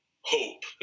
hope